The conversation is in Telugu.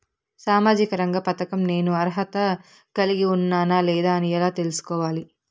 సామాజిక రంగ పథకం నేను అర్హత కలిగి ఉన్నానా లేదా అని ఎలా తెల్సుకోవాలి?